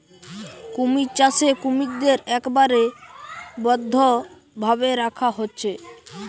কুমির চাষে কুমিরদের একবারে বদ্ধ ভাবে রাখা হচ্ছে